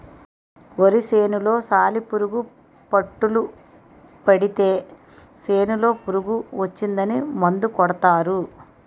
వరి సేనులో సాలిపురుగు పట్టులు పడితే సేనులో పురుగు వచ్చిందని మందు కొడతారు